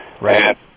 Right